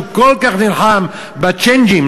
שנלחם כל כך בצ'יינג'ים,